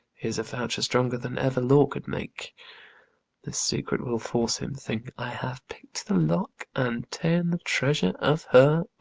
here's a voucher stronger than ever law could make this secret will force him think i have pick'd the lock and ta'en the treasure of her